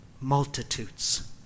Multitudes